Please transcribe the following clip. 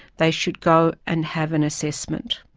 they should go and have an assessment.